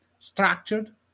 structured